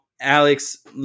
Alex